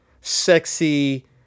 sexy